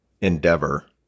endeavor